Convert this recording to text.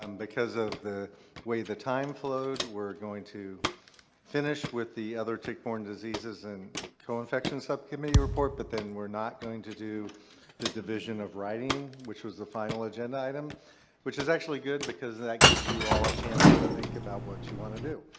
um because of the way the time flowed, we're going to finish with the other tick-borne diseases and co-infections subcommittee report, but then we're not going to do the division of writing which was the final agenda item which is actually good because then that gives you all a chance to think about what you want to do.